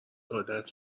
عادت